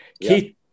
Keith